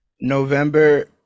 November